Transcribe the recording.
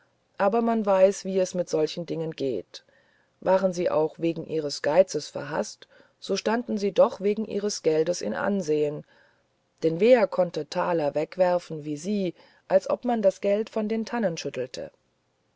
aber man weiß wie es mit solchen dingen geht waren sie auch wegen ihres geizes verhaßt so standen sie doch wegen ihres geldes in ansehen denn wer konnte taler wegwerfen wie sie als ob man das geld von den tannen schüttelte